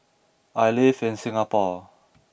I live in Singapore